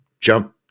jump